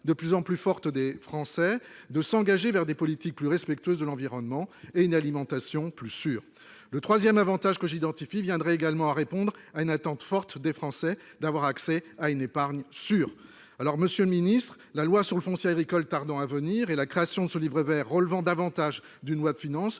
de plus en plus forte des Français de s'engager vers des politiques plus respectueuses de l'environnement et une alimentation plus sûre. Le troisième avantage que j'identifie viendrait également répondre à une attente forte des Français : avoir accès à une épargne sûre. Monsieur le ministre, la loi sur le foncier agricole tardant à venir et la création de ce livret vert relevant davantage d'une loi de finances,